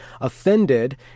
offended